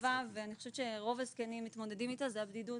הרחבה שמרבית הזקנים מתמודדים איתה היא הבדידות.